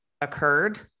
occurred